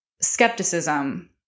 skepticism